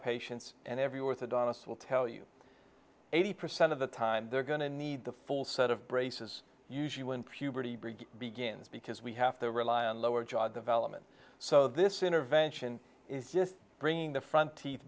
patients and every with adonis will tell you eighty percent of the time they're going to need the full set of braces usually when puberty begins because we have to rely on lower jaw development so this intervention is just bringing the front teeth